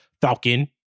Falcon